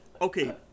Okay